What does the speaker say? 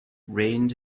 rained